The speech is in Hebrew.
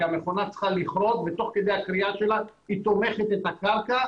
כי המכונה צריכה לכרות ותוך כדי הכרייה שלה היא תומכת את הקרקע,